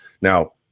Now